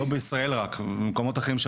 לא רק בישראל אלא גם במקומות אחרים,